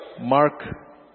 Mark